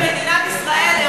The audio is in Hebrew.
אתה מזיק למדינת ישראל.